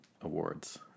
awards